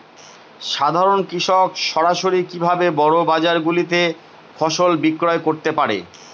সাধারন কৃষক সরাসরি কি ভাবে বড় বাজার গুলিতে ফসল বিক্রয় করতে পারে?